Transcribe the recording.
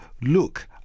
Look